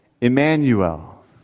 Emmanuel